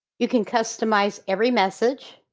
you can customize every message.